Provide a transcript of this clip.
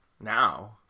Now